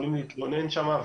יכולים להתלונן שם,